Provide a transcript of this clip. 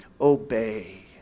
obey